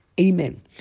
Amen